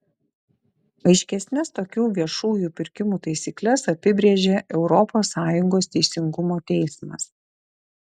aiškesnes tokių viešųjų pirkimų taisykles apibrėžė europos sąjungos teisingumo teismas